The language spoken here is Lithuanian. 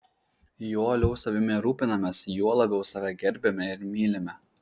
juo uoliau savimi rūpinamės juo labiau save gerbiame ir mylime